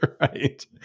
Right